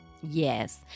Yes